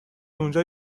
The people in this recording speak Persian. اونجا